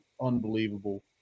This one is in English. unbelievable